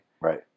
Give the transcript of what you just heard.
Right